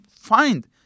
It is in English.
find